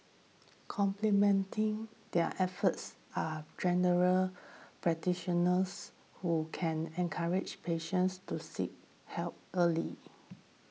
complementing their efforts are General Practitioners who can encourage patients to seek help early